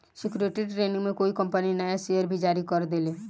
security training में कोई company नया शेयर भी जारी कर देले